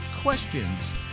questions